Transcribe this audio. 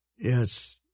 yes